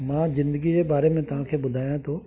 मां ज़िंदगी जे बारे में तव्हांखे ॿुधाया थो